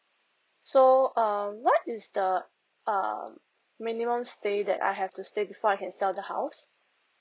so um what is the um minimum stay that I have to stay before I can sell the house